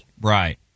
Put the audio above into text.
Right